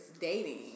dating